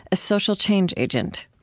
a social change agent.